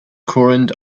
current